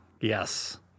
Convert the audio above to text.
Yes